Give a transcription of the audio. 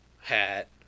hat